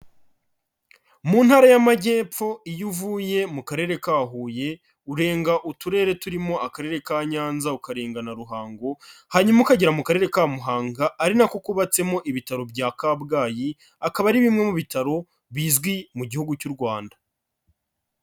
Mu ntara y'amajyepfo iyo uvuye mu karere ka Huye, urenga uturere turimo akarere ka Nyanza, ukarenga na Ruhango, hanyuma ukagera mu karere ka Muhanga ari na ko kubatsemo ibitaro bya Kabgayi, akaba ari bimwe mu bitaro bizwi mu gihugu cy'u Rwanda.